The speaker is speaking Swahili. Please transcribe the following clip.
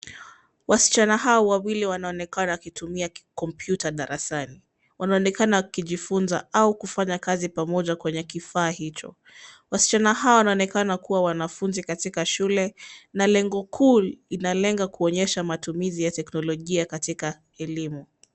Wasichana hawa wawili wanaonekana wakitumia komputa darasani. Wanaonekana wakijifunza au kufanya kazi pamoja kwenye kifaa hicho. Wasichana hao wanaonekana kuwa wanafunzi katika shule na lengo kuu inalenga kuonyesha matumizi ya teknolojia katika elimu.